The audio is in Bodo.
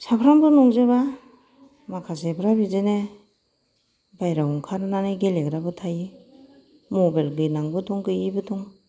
साफ्रोमबो नंजोबा माखासेफ्रा बिदिनो बायह्रायाव ओंखारनानै गेलेग्राबो थायो मबेल गोनांबो दं गैयैबो दं